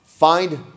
Find